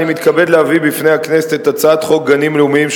אני מתכבד להביא בפני הכנסת את הצעת חוק גנים לאומיים,